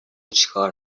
چیکار